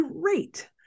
great